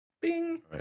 Bing